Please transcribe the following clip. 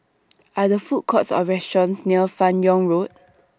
Are There Food Courts Or restaurants near fan Yoong Road